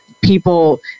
people